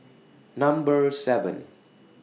Number seven